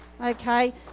okay